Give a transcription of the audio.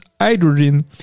hydrogen